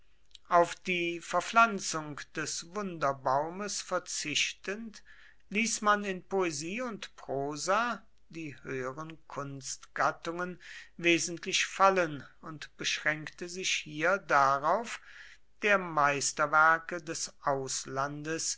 auf die verpflanzung des wunderbaumes verzichtend ließ man in poesie und prosa die höheren kunstgattungen wesentlich fallen und beschränkte sich hier darauf der meisterwerke des auslandes